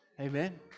Amen